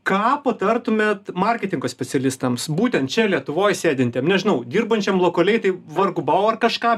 ką patartumėt marketingo specialistams būtent čia lietuvoj sėdintiem nežinau dirbančiam lokaliai tai vargu bau ar kažką